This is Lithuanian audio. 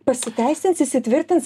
pasiteisins įsitvirtins